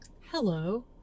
Hello